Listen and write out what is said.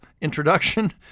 introduction